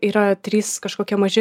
yra trys kažkokie maži